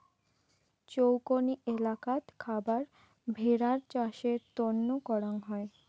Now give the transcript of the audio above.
চৌকনি এলাকাত খাবার ভেড়ার চাষের তন্ন করাং হই